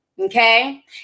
Okay